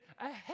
ahead